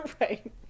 Right